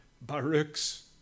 Baruch's